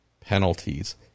penalties